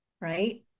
right